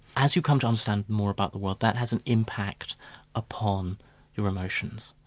as you come to understand more about the world, that has an impact upon your emotions.